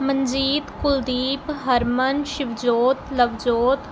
Manjeet Kuldeep Harman Shivjot Lovejot